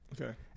okay